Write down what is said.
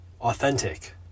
authentic